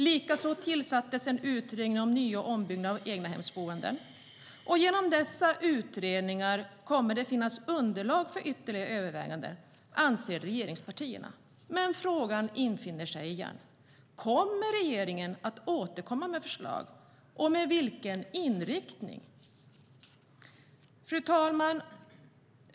Likaså tillsattes en utredning om nya ombyggnader av egnahemsboenden. Genom dessa utredningar kommer det att finnas underlag för ytterligare överväganden, anser regeringspartierna. Men frågorna infinner sig igen: Kommer regeringen att återkomma med förslag? I så fall, med vilken inriktning? Fru talman!